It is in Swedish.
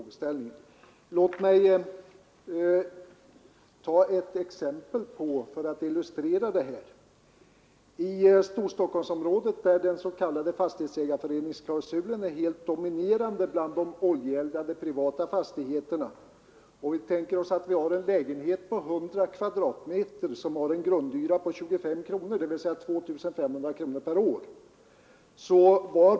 Vi tänker oss att det gäller en lägenhet på 100 kvadratmeter i Storstockholmsområdet, där den s.k. fastighetsägareföreningsklausulen är helt dominerande bland de oljeeldade privata fastigheterna. Grundhyran är 25 kronor per kvadratmeter, dvs. 2500 kronor per år.